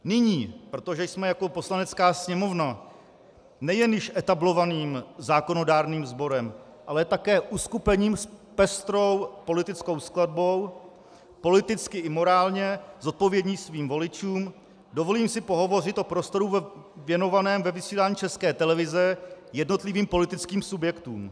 Nyní, protože jsme jako Poslanecká sněmovna nejen již etablovaným zákonodárným sborem, ale také uskupením s pestrou politickou skladbou politicky i morálně zodpovědní svým voličům, dovolím si pohovořit o prostoru věnovaném ve vysílání České televize jednotlivým politickým subjektům.